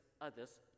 others